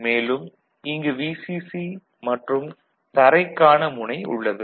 மேலும் இங்கு VCC மற்றும் தரைக்கான முனை உள்ளது